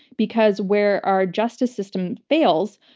because where our justice system fails,